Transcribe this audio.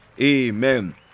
Amen